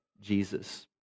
Jesus